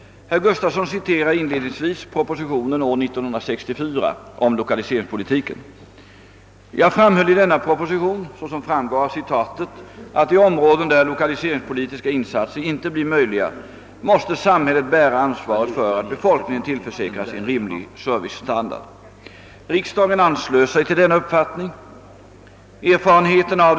Herr Gustafsson citerar inledningsvis propositionen år 1964 om lokaliseringspolitiken. Jag framhöll i denna proposition, såsom framgår av citatet, att i områden där lokaliseringspolitiska insatser inte blir möjliga måste samhället bära ansvaret för att befolkningen tillförsäkras en rimlig servicestandard. Riksdagen anslöt sig till denna uppfattning. Erfarenheterna av.